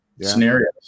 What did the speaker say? scenarios